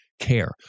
Care